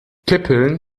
kippeln